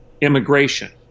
immigration